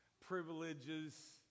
privileges